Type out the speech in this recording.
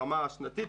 ברמה השנתית,